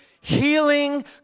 healing